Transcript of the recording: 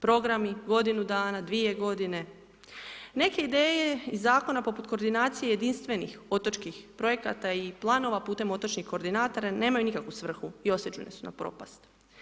Programi godinu dana, dvije godine, neke ideje iz Zakona poput koordinacije jedinstvenih otočkih projekata i planova putem otočnih koordinatora nemaju nikakvu svrhu i osuđeni su na propast.